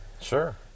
Sure